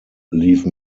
leave